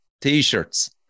t-shirts